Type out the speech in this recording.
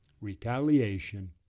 retaliation